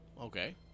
okay